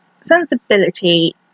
Sensibility